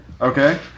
Okay